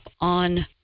on